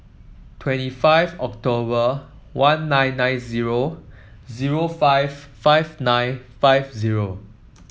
twenty five October one nine nine zero zero five five nine five zero